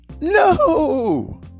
No